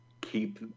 keep